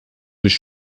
dos